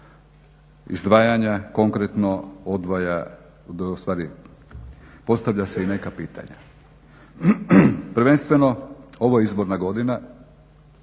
izdvajanja, konkretno odvoja, u stvari postavlja se i neka pitanja. Prvenstveno ovo je izborna godina.